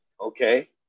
okay